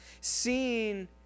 seeing